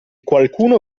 qualcuno